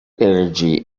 energy